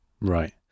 Right